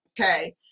okay